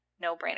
no-brainer